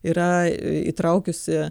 yra įtraukiusi